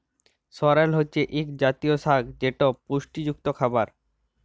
সরেল হছে ইক জাতীয় সাগ যেট পুষ্টিযুক্ত খাবার